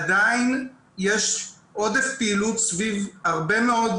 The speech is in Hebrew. עדיין יש עודף פעילות סביב הרבה מאוד